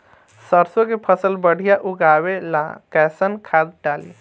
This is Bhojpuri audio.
सरसों के फसल बढ़िया उगावे ला कैसन खाद डाली?